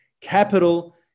capital